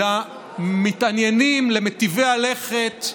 למתעניינים, למיטיבי הלכת,